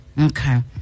Okay